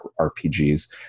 RPGs